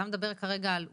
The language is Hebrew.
אתה מדבר כרגע על עוברים.